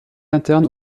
interne